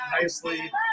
nicely